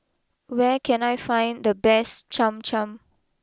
where can I find the best Cham Cham